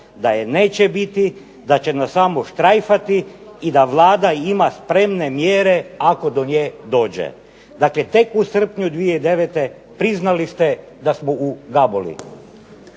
da je neće biti, da će nas samo štrajfati i da Vlada ima spremne mjere ako do nje dođe. Dakle, tek u srpnju 2009. priznali ste da smo u gabuli.